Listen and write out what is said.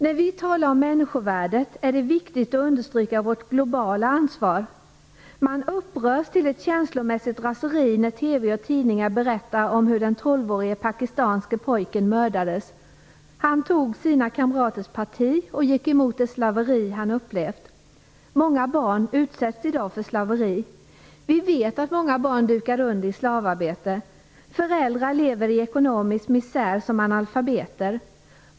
När vi talar om människovärdet är det viktigt att understryka vårt globala ansvar. Man upprörs till ett känslomässigt raseri när TV och tidningar berättar om hur den 12-årige pakistanske pojken mördades. Han tog sina kamraters parti och gick emot det slaveri han upplevt. Många barn utsätts i dag för slaveri. Vi vet att många barn dukar under i slavarbete. Föräldrar lever i ekonomisk misär som analfabeter.